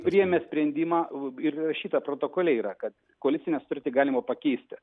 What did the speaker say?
priėmė sprendimą ir rašyta protokole yra kad koalicinę sutartį galima pakeisti